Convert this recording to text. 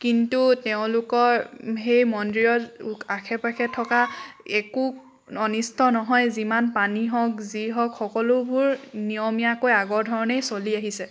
কিন্তু তেওঁলোকৰ সেই মন্দিৰত আশে পাশে থকা একো অনিষ্ট নহয় যিমান পানী হওক যি হওক সকলোবোৰ নিয়মীয়াকৈ আগৰ ধৰণেই চলি আহিছে